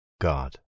God